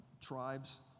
tribes